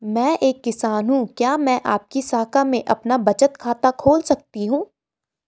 मैं एक किसान हूँ क्या मैं आपकी शाखा में अपना बचत खाता खोल सकती हूँ?